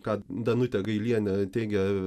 ką danute gailiene teigia